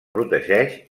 protegeix